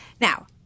Now